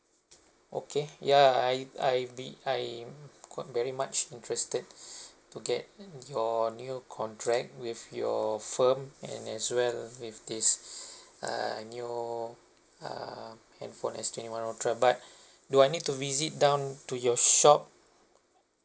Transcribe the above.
okay yeah I I be I got very much interested to get your new contract with your firm and as well with this err new err handphone S twenty one ultra but do I need to visit down to your shop